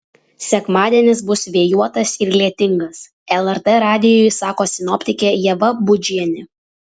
sekmadienis bus vėjuotas ir lietingas lrt radijui sako sinoptikė ieva budžienė